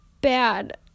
bad